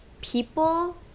people